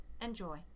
Enjoy